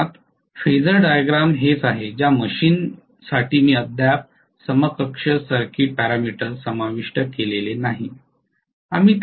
मुळात phasor diagram हेच आहे ज्या मशीनसाठी मी अद्याप समकक्ष सर्किट पॅरामीटर्स समाविष्ट केलेले नाही